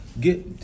get